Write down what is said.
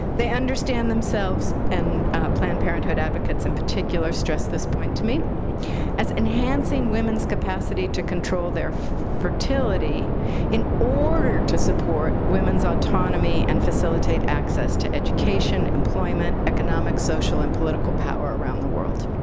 they understand themselves and planned parenthood advocates in particular stress this point to me as enhancing women's capacity to control their fertility in order to support women's autonomy and facilitate access to education, employment, economic, social, and political power around the world.